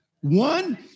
One